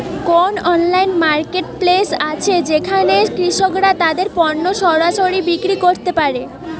কোন online marketplace আছে যেখানে কৃষকরা তাদের পণ্য সরাসরি বিক্রি করতে পারে?